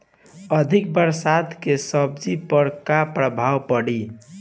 अधिक बरसात के सब्जी पर का प्रभाव पड़ी?